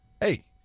hey